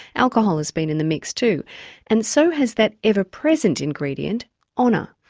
alcohol has been in the mix too and so has that ever-present ingredient honour.